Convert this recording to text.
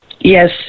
Yes